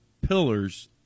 pillars